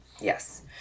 Yes